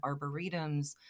arboretums